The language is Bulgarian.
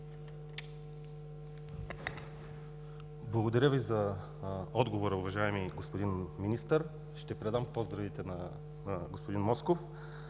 Благодаря Ви, за отговора уважаеми господин Министър. Ще предам поздравите на господин Москов.